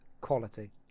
Quality